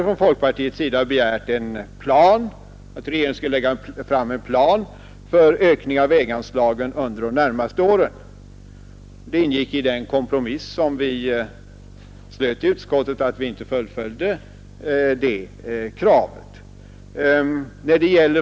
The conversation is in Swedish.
Från folkpartiets sida hade begärts att regeringen skulle lägga fram en plan för ökning av väganslagen under de närmaste åren. Det ingick i den kompromiss som träffades i utskottet att vi inte fullföljde det kravet.